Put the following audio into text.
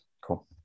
cool